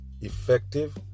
effective